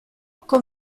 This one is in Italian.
con